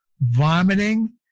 vomiting